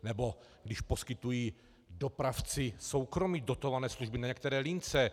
Nebo když poskytují dopravci soukromí dotované služby na některé lince.